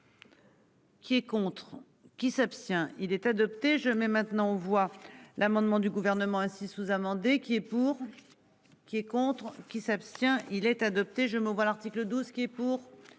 Qui est contre qui s'abstient. Il est adopté, je mets maintenant aux voix. L'amendement du gouvernement. Ainsi sous-amendé qui est pour. Qui est contre qui s'abstient il est adopté. Je me vois l'article 12 qui est pour.